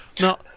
Now